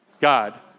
God